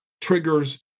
triggers